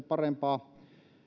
parempaa